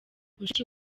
mushiki